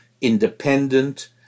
independent